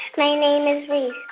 my name is reese.